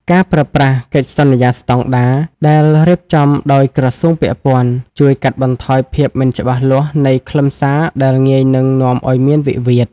ការប្រើប្រាស់ "កិច្ចសន្យាស្ដង់ដារ" ដែលរៀបចំដោយក្រសួងពាក់ព័ន្ធ ជួយកាត់បន្ថយភាពមិនច្បាស់លាស់នៃខ្លឹមសារដែលងាយនឹងនាំឱ្យមានវិវាទ។